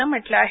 नं म्हटलं आहे